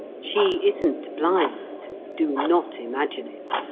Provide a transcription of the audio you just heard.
she isn't blind do not imagine it.